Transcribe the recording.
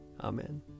Amen